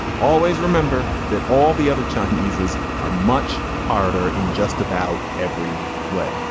always remember that all the other chinese is are much harder in just about every way.